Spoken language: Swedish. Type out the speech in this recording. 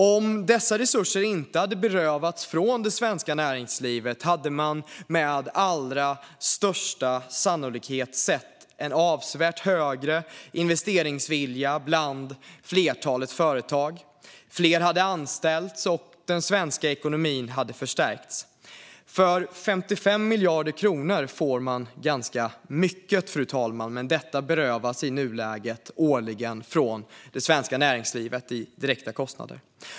Om dessa resurser inte hade berövats det svenska näringslivet hade man med största sannolikhet sett en avsevärt större investeringsvilja bland flertalet företag. Fler hade anställts, och den svenska ekonomin hade förstärkts. För 55 miljarder kronor får man ganska mycket, men detta berövas nu det svenska näringslivet årligen i direkta kostnader.